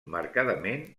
marcadament